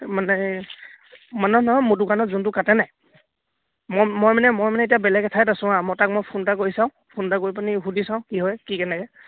মানে মানুহ নহয় মোৰ দোকানত যোনটো কাটেনে মই মই মানে মই মানে এতিয়া বেলেগ এঠাইত আছোঁ হা মই তাক মই ফোন এটা কৰি চাওঁ ফোন এটা কৰি পিনি সুধি চাওঁ কি হয় কি কেনেকৈ